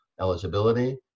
eligibility